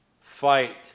Fight